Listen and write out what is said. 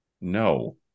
No